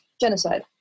Genocide